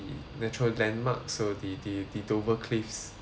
natural landmark so the the the dover cliffs